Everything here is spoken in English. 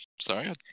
Sorry